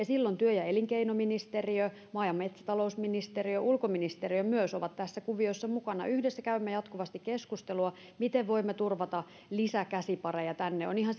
silloin työ ja elinkeinoministeriö maa ja metsätalousministeriö myös ulkoministeriö ovat tässä kuviossa mukana yhdessä käymme jatkuvasti keskustelua siitä miten voimme turvata lisäkäsipareja tänne on ihan